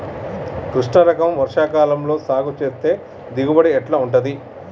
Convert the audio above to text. కృష్ణ రకం వర్ష కాలం లో సాగు చేస్తే దిగుబడి ఎట్లా ఉంటది?